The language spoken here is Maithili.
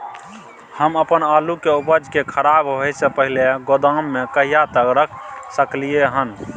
हम अपन आलू के उपज के खराब होय से पहिले गोदाम में कहिया तक रख सकलियै हन?